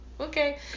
okay